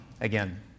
again